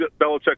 Belichick